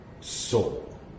soul